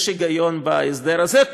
יש היגיון בהסדר הזה,